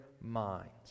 minds